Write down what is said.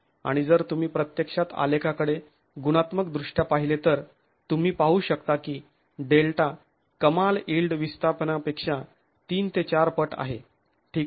आणि जर तुम्ही प्रत्यक्षात आलेखाकडे गुणात्मकदृष्ट्या पाहिले तर तुम्ही पाहू शकता की डेल्टा कमाल यिल्ड विस्थापनापेक्षा ३ ते ४ पट आहे ठीक आहे